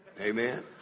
Amen